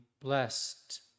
blessed